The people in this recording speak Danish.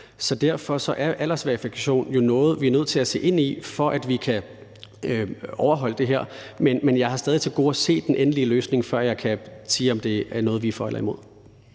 Derfor er aldersverificering jo noget, vi er nødt til at se ind i, for at vi kan overholde det her. Men jeg har stadig til gode at se den endelige løsning, før jeg kan sige, om det er noget, vi er for eller imod.